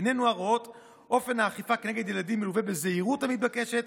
עינינו הרואות כי אופן האכיפה נגד ילדים מלווה בזהירות המתבקשת,